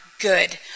good